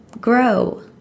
grow